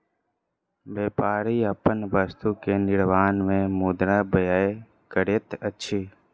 व्यापारी अपन वस्तु के निर्माण में मुद्रा व्यय करैत अछि